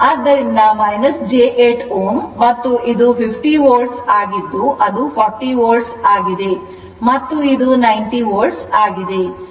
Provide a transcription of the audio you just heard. ಆದ್ದರಿಂದ j8 Ω ಮತ್ತು ಇದು 50 ವೋಲ್ಟ್ ಆಗಿದ್ದು ಅದು 40 ವೋಲ್ಟ್ ಆಗಿದೆ ಮತ್ತು ಇದು 90 ವೋಲ್ಟ್ ಆಗಿದೆ